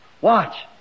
Watch